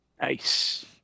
Nice